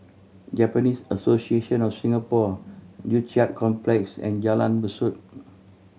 Japanese Association of Singapore Joo Chiat Complex and Jalan Besut